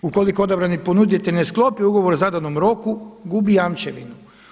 Ukoliko odabrani ponuditelj ne sklopi ugovor u zadanom roku gubi jamčevinu.